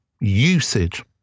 usage